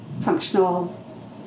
functional